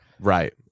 Right